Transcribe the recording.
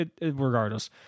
regardless